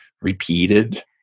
repeated